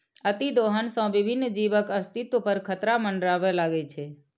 अतिदोहन सं विभिन्न जीवक अस्तित्व पर खतरा मंडराबय लागै छै